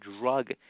drug